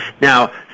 Now